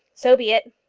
so be it.